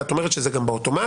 ואת אומרת שזה גם באוטומט,